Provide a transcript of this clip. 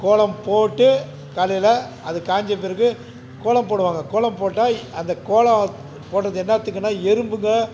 கோலம் போட்டு காலையில் அது காய்ஞ்ச பிறகு கோலம் போடுவாங்க கோலம் போட்டால் அந்த கோலம் போட்டது என்னத்துக்குனா எறும்புங்க